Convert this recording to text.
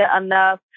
enough